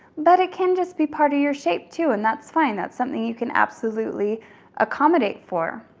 but it can just be part of your shape too and that's fine, that's something you can absolutely accommodate for.